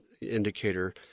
indicator